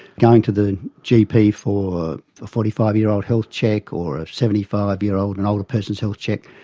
going to the gp for a forty five year old health check or a seventy five year old, an older person's health check,